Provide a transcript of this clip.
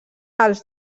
els